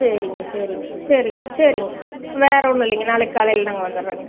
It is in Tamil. சரிங்க சரிங்க சரிங்க சரிங்க வேறு ஒன்றும் இல்லைங்க நாளைக்கு காலையில் நாங்கள் வந்துடுறோங்க